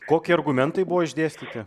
kokie argumentai buvo išdėstyti